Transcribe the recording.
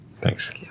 Thanks